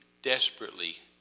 Desperately